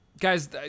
Guys